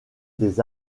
des